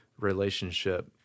relationship